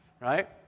right